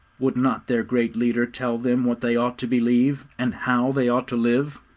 would not their great leader tell them what they ought to believe, and how they ought to live?